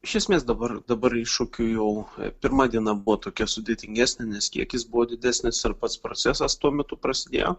iš esmės dabar dabar iššūkių jau pirma diena buvo tokia sudėtingesnė nes kiekis buvo didesnis ir pats procesas tuo metu prasidėjo